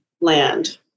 land